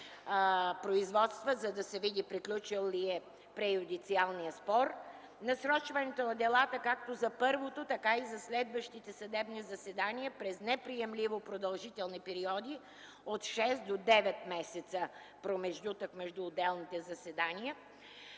производства, за да се види приключил ли е преюдициалният спор; - насрочването на делата както за първото, така и за следващите съдебни заседания през неприемливо продължителни периоди – от 6 до 9 месеца промеждутък между отделните заседания;